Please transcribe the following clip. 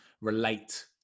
relate